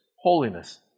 holiness